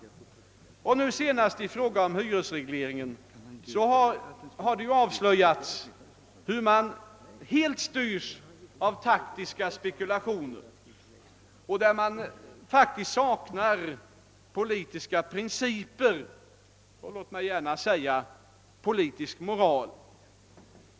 Nu har det senast i frågan om hyresregleringen avslöjats hur man helt styrs av taktiska spekulationer och faktiskt visar avsaknad av politiska principer och även — låt mig säga det — politisk moral.